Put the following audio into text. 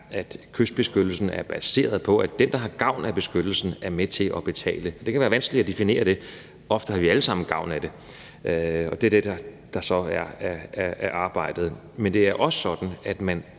at kystbeskyttelsen er baseret på, at den, der har gavn af beskyttelsen, er med til at betale. Det kan være vanskeligt at definere det. Ofte har vi alle sammen gavn af det. Og det er det, der så er arbejdet. Men det er også sådan, at man